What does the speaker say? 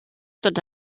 tots